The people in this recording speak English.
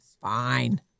Fine